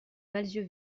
malzieu